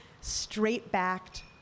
straight-backed